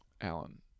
Alan